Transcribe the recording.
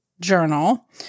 journal